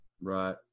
right